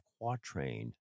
Quatrain